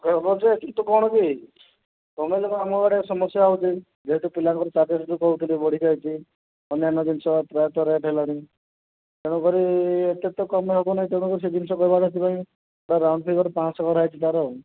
କରି ହେବ ଯେ କିନ୍ତୁ କ'ଣ କି ତୁମେ ଯେଉଁ ଆମ ଆଡ଼େ ସମସ୍ୟା ହେଉଛି ଯେହେତୁ ପିଲାଙ୍କର ଚାର୍ଜେସ୍ ଯେଉଁ କହୁଥିଲି ବଢ଼ି ଯାଇଛି ଅନ୍ୟାନ୍ୟ ଜିନିଷ ପ୍ରାୟତଃ ରେଟ୍ ହେଲାଣି ତେଣୁକରି ଏତେ ତ କମାଇ ହେବନାହିଁ ତେଣୁକରି ସେ ଜିନିଷ ବ୍ୟବହାର ସେଥିପାଇଁ ତା ରାଉଣ୍ଡ୍ ଫିଗର୍ ପାଞ୍ଚଶହ କରାହୋଇଛି ତା'ର ଆଉ